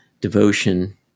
devotion